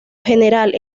general